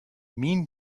mean